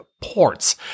ports